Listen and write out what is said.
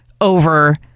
over